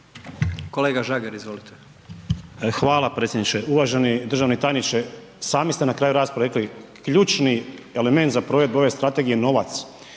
Tomislav (HSU)** Hvala predsjedniče. Uvaženi državni tajniče sami ste na kraju rasprave rekli ključni element za provedbu ove strategije je novac.